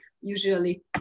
usually